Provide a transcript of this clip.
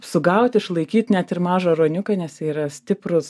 sugaut išlaikyt net ir mažą ruoniuką nes jie yra stiprūs